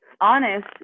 honest